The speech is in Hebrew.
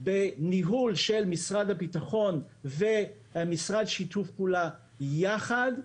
בניהול של משרד הביטחון ומשרד שיתוף פעולה יחד,